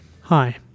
Hi